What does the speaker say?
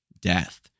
death